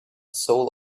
soul